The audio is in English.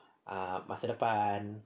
ah masa depan